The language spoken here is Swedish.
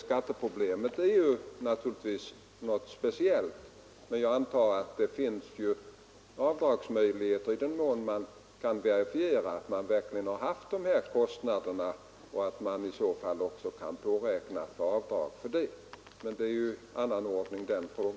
Skatteproblemet är naturligtvis något speciellt, men jag antar att det finns avdragsmöjligheter i den mån man kan verifiera att man verkligen har haft kostnader. Men den frågan får lösas i annan ordning.